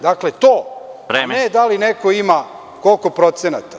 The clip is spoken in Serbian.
Dakle, to, a ne da li neko ima koliko procenata.